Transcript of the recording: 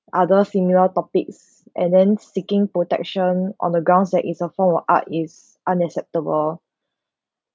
other similar topics and then seeking protection on the grounds that is a form of art is unacceptable